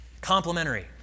Complementary